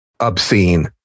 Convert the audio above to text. obscene